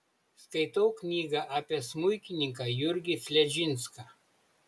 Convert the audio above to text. skaitau knygą apie smuikininką jurgį fledžinską